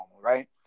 right